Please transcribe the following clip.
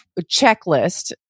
checklist